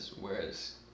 whereas